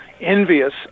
envious